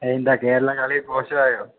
എന്താ കേരള കളി മോശം ആയോ